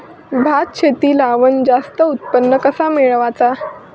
भात शेती लावण जास्त उत्पन्न कसा मेळवचा?